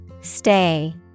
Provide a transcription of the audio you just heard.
Stay